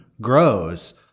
grows